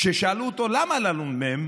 כששאלו אותו: למה לנ"מ?